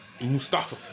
Mustafa